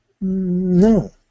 No